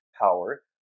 power